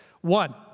One